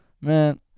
Man